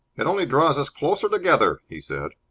it only draws us closer together, he said.